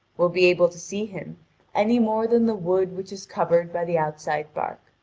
will be able to see him any more than the wood which is covered by the outside bark.